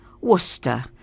Worcester